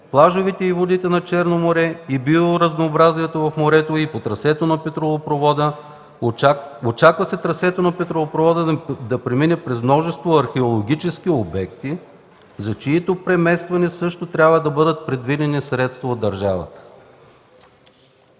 плажовете и водите на Черно море и биоразнообразието в морето и по трасето на петролопровода. Очаква се трасето на петролопровода да премине през множество археологически обекти, за чието преместване също трябва да бъдат предвидени средства от държавата.